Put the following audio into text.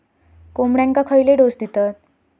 कोंबड्यांक खयले डोस दितत?